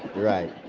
right.